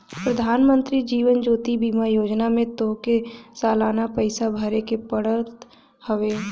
प्रधानमंत्री जीवन ज्योति बीमा योजना में तोहके सलाना पईसा भरेके पड़त हवे